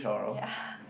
ya